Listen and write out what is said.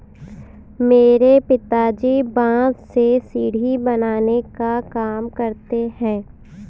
मेरे पिताजी बांस से सीढ़ी बनाने का काम करते हैं